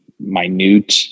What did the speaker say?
minute